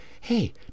Hey